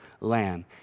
land